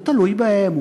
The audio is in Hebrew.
הוא תלוי בהם,